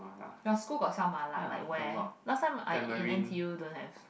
your school got sell Mala like where last time I in N_T_U don't have